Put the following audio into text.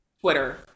Twitter